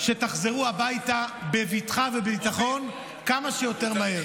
שתחזרו הביתה בבטחה ובביטחון כמה שיותר מהר.